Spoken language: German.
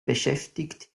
beschäftigt